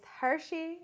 Hershey